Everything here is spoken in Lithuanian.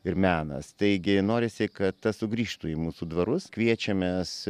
ir menas taigi norisi kad tas sugrįžtų į mūsų dvarus kviečiamės